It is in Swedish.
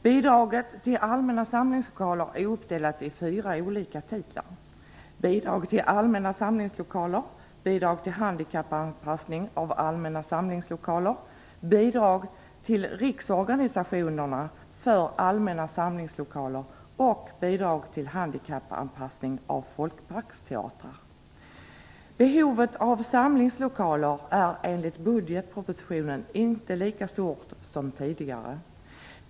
Bidraget till allmänna samlingslokaler är uppdelat i fyra olika titlar: Behovet av samlingslokaler är enligt budgetpropositionen inte lika stort som tidigare.